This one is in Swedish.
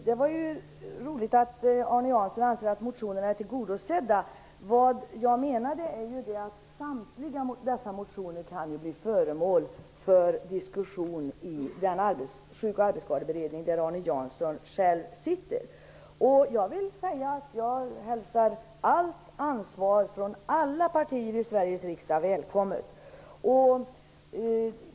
Herr talman! Det var roligt att Arne Jansson anser att motionerna är tillgodosedda. Vad jag menade är att samtliga dessa motioner kan bli föremål för diskussion i Sjuk och arbetsskadeberedningen, där Arne Jansson själv sitter med. Jag hälsar allt ansvar från alla partier i Sveriges riksdag välkommet.